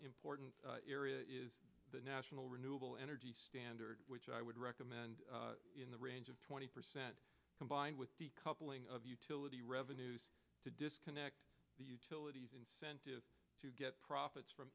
important area is the national renewable energy standard which i would recommend in the range of twenty percent combined with decoupling of utility revenues to disconnect the utilities incentive to get profits from